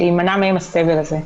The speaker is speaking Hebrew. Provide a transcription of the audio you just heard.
שיימנע מהם הסבל הזה.